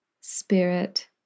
spirit